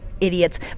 idiots